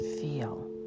Feel